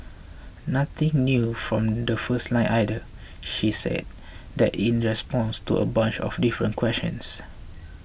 nothing new from the first line either she's said that in response to a bunch of different questions